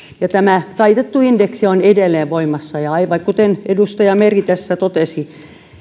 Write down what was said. ja tämä taitettu indeksi on edelleen voimassa aivan kuten edustaja meri tässä totesi